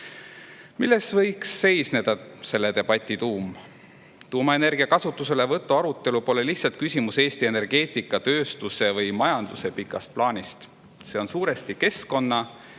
võiks seisneda selle debati tuum? Tuumaenergia kasutuselevõtu arutelu [keskmes] pole lihtsalt küsimus Eesti energeetikatööstuse või majanduse pikast plaanist. See on suuresti arutelu keskkonna